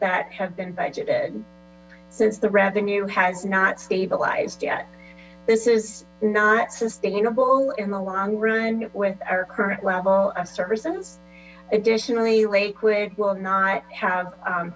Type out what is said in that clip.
that have been budgeted since the revenue has not stabilized yet this is not sustainable in the long run with our current level of services additionally lakewood will not have